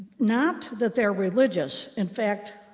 not that they are religious in fact,